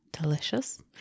Delicious